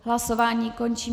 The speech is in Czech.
Hlasování končím.